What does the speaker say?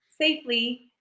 safely